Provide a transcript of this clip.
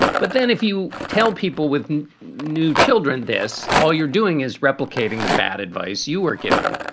but then if you tell people with new children this, all you're doing is replicating the bad advice you were given.